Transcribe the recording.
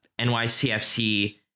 NYCFC